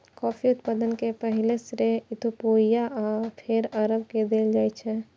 coffee उत्पादन के पहिल श्रेय इथियोपिया आ फेर अरब के देल जाइ छै